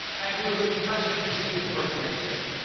and do his president xi impersonation.